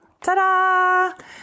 ta-da